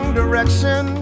direction